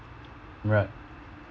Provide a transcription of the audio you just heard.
right